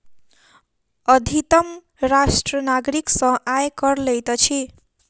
अधितम राष्ट्र नागरिक सॅ आय कर लैत अछि